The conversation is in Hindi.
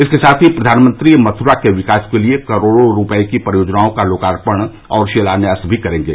इसके साथ ही प्रधानमंत्री मथुरा के विकास के लिए करोड़ो रूपये की परियोजनाओं का लोकार्पण और शिलान्यास भी करेंगे